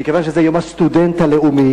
מכיוון שזה יום הסטודנט הלאומי,